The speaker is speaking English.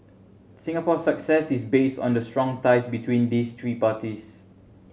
Singapore's success is based on the strong ties between these three parties